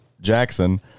Jackson